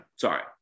sorry